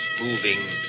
moving